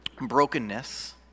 brokenness